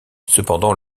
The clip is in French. cependant